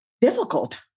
difficult